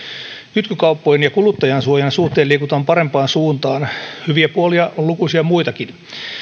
kytkykauppojen ja kuluttajansuojan suhteen liikutaan parempaan suuntaan hyviä puolia on lukuisia muitakin